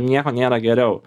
nieko nėra geriau